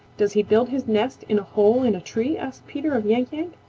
does he build his nest in a hole in a tree? asked peter of yank-yank.